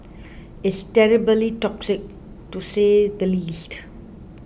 it's terribly toxic to say the least